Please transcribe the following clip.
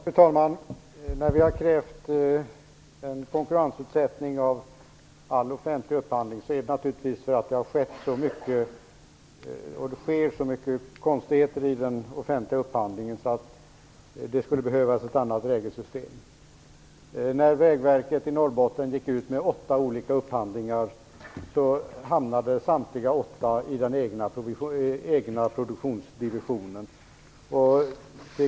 Fru talman! Anledningen till att vi har krävt en konkurrensutsättning av all offentlig upphandling är naturligtvis att det har skett och sker så mycket av konstigheter i den offentliga upphandlingen att det skulle behövas ett annat regelsystem. När Vägverket i Norrbotten gick ut med åtta olika upphandlingar hamnade samtliga åtta i den egna produktionsdivisionen.